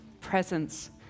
presence